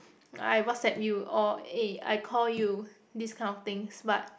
I WhatsApp you or eh I call you these kind of things but